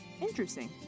Interesting